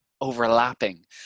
overlapping